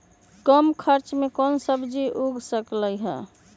कम खर्च मे कौन सब्जी उग सकल ह?